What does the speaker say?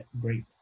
great